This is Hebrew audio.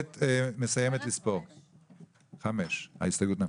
5. הצבעה לא אושר ההסתייגות נפלה.